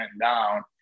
down